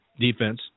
defense